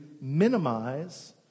minimize